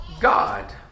God